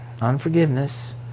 unforgiveness